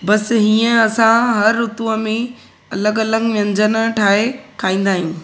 बसि हीअं असां हर ऋतुअ में अलॻि अलॻि व्यंजन ठाहे खाईंदा आहियूं